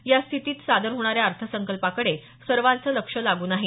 या स्थितीत सादर होणाऱ्या अर्थसंकल्पाकडे सवाँचं लक्ष लागून आहे